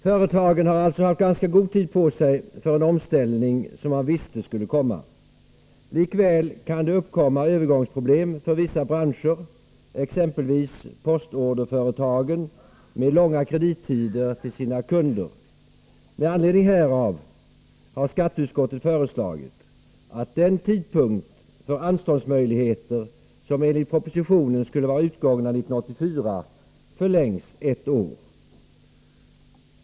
Företagen har alltså haft ganska god tid på sig för en omställning som man visste skulle komma. Likväl kan det uppkomma övergångsproblem för vissa branscher, exempelvis postorderföretagen med långa kredittider till sina kunder. Med anledning härav har skatteutskottet föreslagit att den tidpunkt för anståndsmöjligheter som enligt propositionen skulle vara utgången av 1984, förlängs ett år.